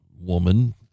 woman